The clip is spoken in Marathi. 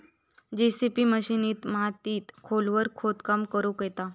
जेसिबी मशिनीन मातीत खोलवर खोदकाम करुक येता